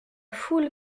foule